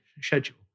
schedule